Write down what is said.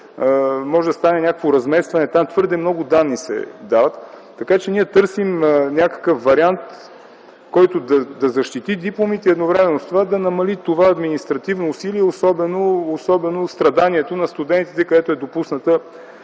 може да стане някакво разместване. Там твърде много данни се дават. Така че ние търсим някакъв вариант, който да защити дипломите и едновременно с това да намали това административно усилие, особено страданието на студентите, когато е допусната